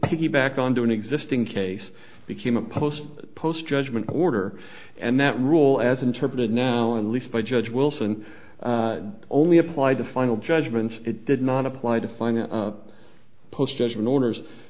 piggyback on to an existing case became a post post judgment order and that rule as interpreted now at least by judge wilson only applied to final judgments it did not apply to find the post judgment orders